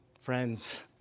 Friends